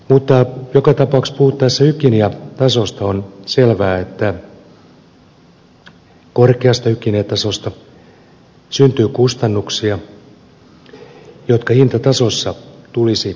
mutta joka tapauksessa puhuttaessa hygieniatasosta on selvää että korkeasta hygieniatasosta syntyy kustannuksia jotka hintatasossa tulisi huomioida